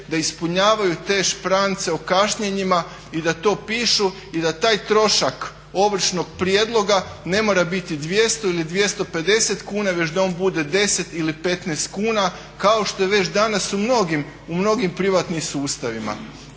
da ispunjavaju te šprance o kašnjenjima i da to pišu i da taj trošak ovršnog prijedloga ne mora biti 200 ili 250 kuna već da on bude 10 ili 15 kuna kao što je već danas u mnogim privatnim sustavima.